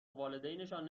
والدینشان